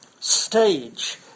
stage